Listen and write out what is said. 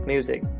Music